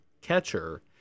catcher